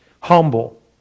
Humble